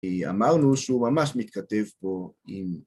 אמרנו שהוא ממש מתכתב בו עם